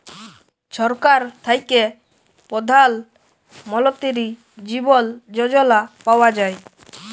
ছরকার থ্যাইকে পধাল মলতিরি জীবল যজলা পাউয়া যায়